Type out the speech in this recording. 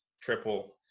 triple